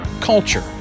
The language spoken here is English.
culture